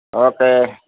okay